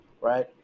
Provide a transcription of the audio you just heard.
Right